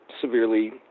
severely